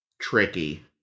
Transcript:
tricky